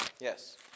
Yes